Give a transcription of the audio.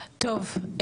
טוב,